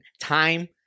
time